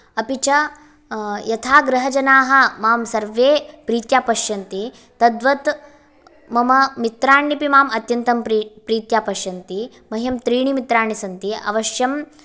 अपि च यथा गृहजनाः मां सर्वे प्रीत्या पश्यन्ति तद्वत् मम मित्राण्यपि माम् अत्यन्तं प्रीत्या पश्यन्ति मह्यं त्रीणि मित्राणि सन्ति अवश्यं